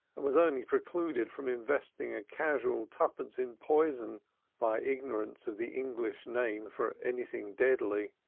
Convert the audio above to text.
and was only precluded from investing a casual twopence in poison by ignorance of the english name for anything deadly.